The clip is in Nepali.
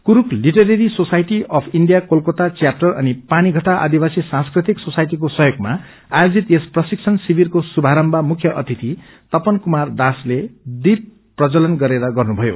Kurukh literary society of India Kolkata chapter अनि पानी घट्टा आदिवासी सांस्कृतिक सोसाईटीको सहयोगमा आयोजित यस प्रशिक्षण शिविरको शुभारम्भ मुख्य अतिथि तपन कुमार दासले दीप प्रज्जवलन गरेर गर्नुभयो